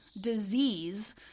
disease